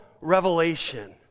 revelation